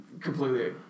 Completely